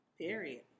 Period